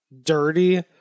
Dirty